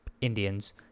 Indians